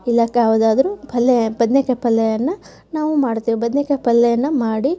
ಇಲ್ಲ ಯಾವುದಾದ್ರು ಪಲ್ಲೆ ಬದ್ನೆಕಾಯಿ ಪಲ್ಲೆಯನ್ನು ನಾವು ಮಾಡ್ತೇವೆ ಬದ್ನೆಕಾಯಿ ಪಲ್ಲೆಯನ್ನು ಮಾಡಿ